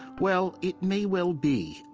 well, it may well be,